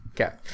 okay